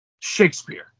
Shakespeare